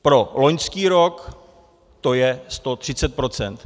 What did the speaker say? Pro loňský rok to je 130 %.